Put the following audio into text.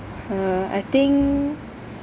uh I think